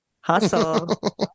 Hustle